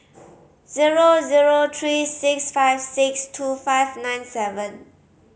zero zero three six five six two five nine seven